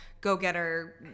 go-getter